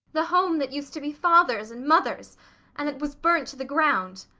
the home that used to be father's and mother's and was burnt to the ground